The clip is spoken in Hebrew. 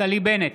נפתלי בנט,